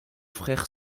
frères